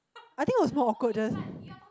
I think was more awkward just